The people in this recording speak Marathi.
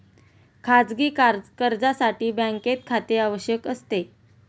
खाजगी कर्जासाठी बँकेत खाते आवश्यक असते